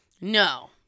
No